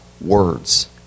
words